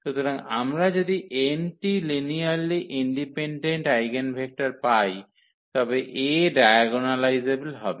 সুতরাং আমরা যদি n টি লিনিয়ারলি ইন্ডিপেন্ডেন্ট আইগেনভেক্টর পাই তবে A ডায়াগোনালাইজেবল হবে